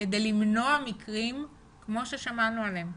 כדי למנוע מקרים כמו אלה ששמענו עליהם.